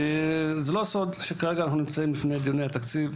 זה לא סוד שכרגע אנחנו נמצאים בפני דיוני התקציב,